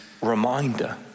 Reminder